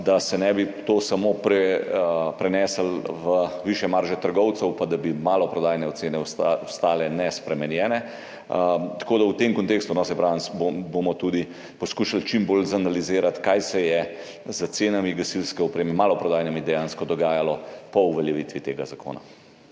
da se ne bi to samo preneslo v višje marže trgovcev pa da bi maloprodajne cene ostale nespremenjene. Tako da v tem kontekstu, saj pravim, bomo tudi poskušali čim bolj zanalizirati, kaj se je z maloprodajnimi cenami gasilske opreme dejansko dogajalo po uveljavitvi tega zakona.